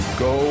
go